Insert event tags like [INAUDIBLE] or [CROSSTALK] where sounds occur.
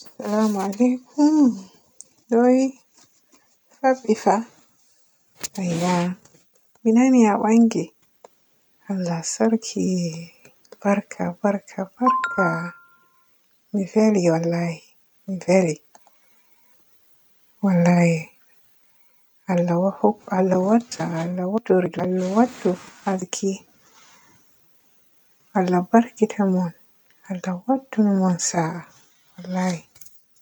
[NOISE] Salama alikum, noy fabbi faa, ayya mi nani a baangi. Allah sarki, barka, barka, [NOISE] barka, mi veli wallahi, mi veli. Wallahi Allah wad-hok-Allah-Allah waddu alki. Allah barkida mon, Allah waddunu mun sa'a wallahi.